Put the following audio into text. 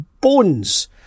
Bones